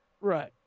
Right